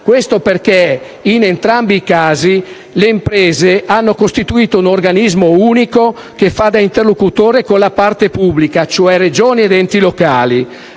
perché in entrambi i casi le imprese hanno costituito un organismo unico che fa da interlocutore con la parte pubblica, cioè Regione ed enti locali.